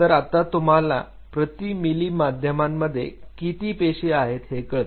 तर आता तुम्हाला प्रती मिली माध्यमांमध्ये किती पेशी आहेत हे कळते